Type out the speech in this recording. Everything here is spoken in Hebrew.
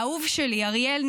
האהוב שלי אריאל,